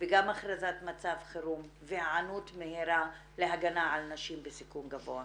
וגם הכרזת מצב חירום והיענות מהירה להגנה על נשים בסיכון גבוה.